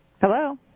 Hello